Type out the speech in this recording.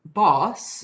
boss